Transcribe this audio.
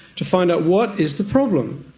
to find out what is the problem.